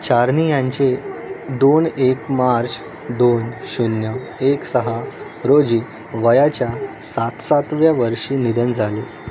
चारनियांचे दोन एक मार्च दोन शून्य एक सहा रोजी वयाच्या सात सातव्या वर्षी निधन झाले